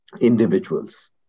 individuals